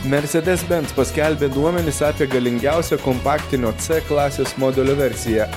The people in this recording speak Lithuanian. mercedes benz paskelbė duomenis apie galingiausią kompaktinio c klasės modelio versiją